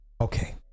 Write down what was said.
Okay